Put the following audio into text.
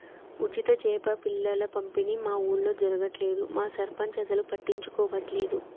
ఉచిత చేప పిల్లల పంపిణీ మా ఊర్లో జరగట్లేదు మా సర్పంచ్ అసలు పట్టించుకోవట్లేదు